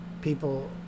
people